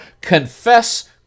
confess